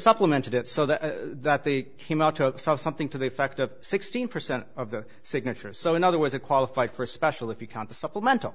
supplemented it so that that they came out to sell something to the effect of sixteen percent of the signatures so in other words a qualify for special if you count the supplemental